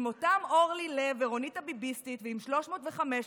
עם אותם אורלי לב ורונית הביביסטית ועם 315,